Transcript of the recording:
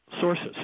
sources